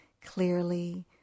clearly